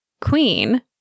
queen